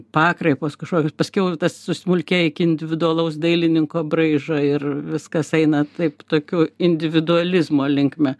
pakraipos kažkokios paskiau tas susmulkėja iki individualaus dailininko braižo ir viskas eina taip tokiu individualizmo linkme